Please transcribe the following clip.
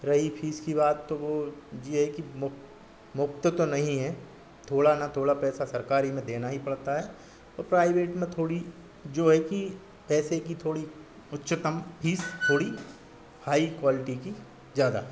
रही फीस की बात तो वह जी आई की मुफ मुफ़्त तो नहीं है थोड़ा ना थोड़ा पैसा सरकारी में देना ही पड़ता है औ प्राइवेट में थोड़ी जो है कि पैसे की थोड़ी उच्चतम फीस थोड़ी हाई क्वालटी की ज़्यादा